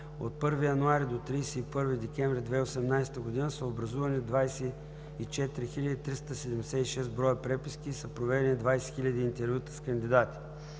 от 01.01. до 31.12.2018 г., са образувани 24 376 броя преписки и са проведени 20 000 интервюта с кандидати.